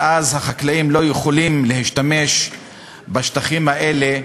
ואז החקלאים לא יכולים להשתמש בשטחים האלה,